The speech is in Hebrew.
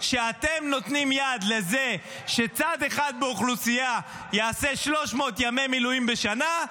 שאתם נותנים יד לזה שצד אחד באוכלוסייה יעשה 300 ימי מילואים בשנה,